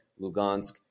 Lugansk